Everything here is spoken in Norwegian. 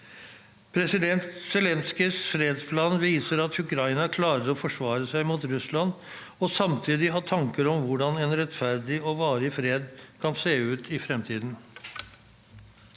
President Zelenskyjs fredsplan viser at Ukraina klarer å forsvare seg mot Russland og samtidig ha tanker om hvordan en rettferdig og varig fred kan se ut i fremtiden.